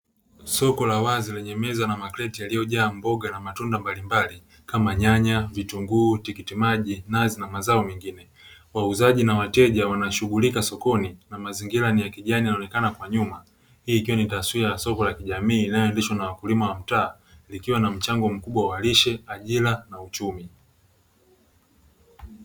Soko la wazi lenye meza na makreti yaliyojaa mboga na matunda mbalimbali kama: nyanya, vitunguu, tikiti maji, nazi na mazao mengine. Wauzaji na wateja wanashughulika sokoni na mazingira ni ya kijani yanaonekana kwa nyuma, hii ikiwa ni taswira ya soko la kijamii linaloendeshwa na wakulima wa mtaa, likiwa na mchango mkubwa wa lishe, ajira na uchumi.